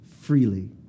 freely